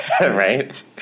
right